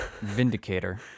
vindicator